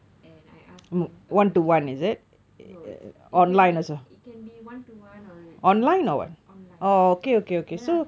and I asked him a question no it's a it can be it can be one to one or it can be a online then I